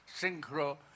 Synchro